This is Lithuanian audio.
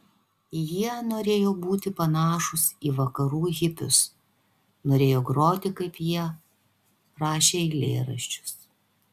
jie norėjo būti panašūs į vakarų hipius norėjo groti kaip jie rašė eilėraščius